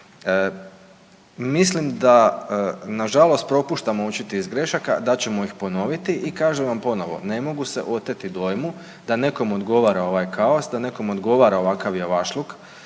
Mislim da nažalost propuštamo učiti iz grešaka, da ćemo ih ponoviti i kažem vam ponovo, ne mogu se oteti dojmu da nekom odgovara ovaj kaos, da nekom odgovara ovakav javašluk